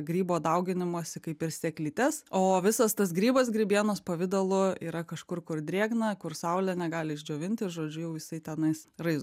grybo dauginimosi kaip ir sėklytes o visas tas grybas grybienos pavidalu yra kažkur kur drėgna kur saulė negali išdžiovinti žodžiu jau jisai tenais raizgosi